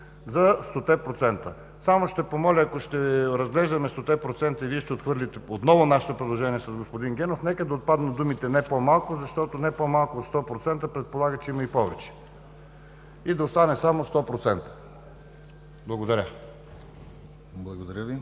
процента. Само ще помоля, ако ще разглеждаме 100-те процента и Вие ще отхвърлите отново нашето предложение с господин Генов, нека да отпаднат думите „не по-малко“, защото „не по-малко от 100%“ предполага, че има и повече. И да остане само „100%“. Благодаря.